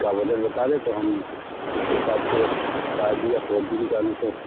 आपका बजट बता दें तो हम उस के हिसाब से फ़ाइव जी या फ़ोर जी निकालें सर